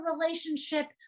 relationship